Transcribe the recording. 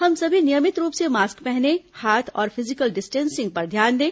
हम सभी नियमित रूप से मास्क पहने हाथ और फिजिकल डिस्टेंसिंग पर ध्यान दें